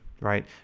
right